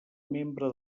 membre